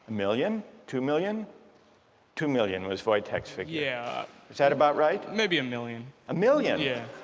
million two million two million was voitech's figure is that about right? maybe a million. a million! yeah